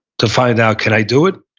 to find out can i do it?